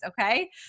Okay